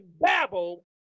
babble